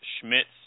Schmitz